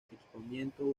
equipamiento